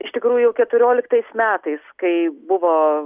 iš tikrųjų keturioliktais metais kai buvo